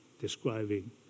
Describing